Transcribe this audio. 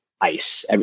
ice